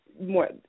more